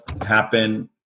happen